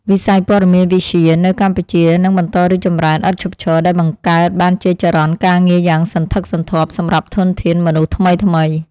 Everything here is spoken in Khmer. វិស័យព័ត៌មានវិទ្យានៅកម្ពុជានឹងបន្តរីកចម្រើនឥតឈប់ឈរដែលបង្កើតបានជាចរន្តការងារយ៉ាងសន្ធឹកសន្ធាប់សម្រាប់ធនធានមនុស្សថ្មីៗ។